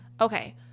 Okay